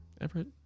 Everett